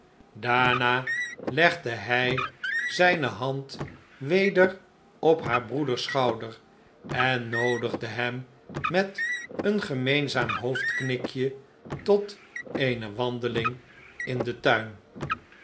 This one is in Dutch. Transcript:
daarna legde hij zijne hand weder op haar breeders schouder en noodigde hem met eeh gemeenzaam hoofdknikje tot eene wandeling in den tuin